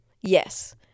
yes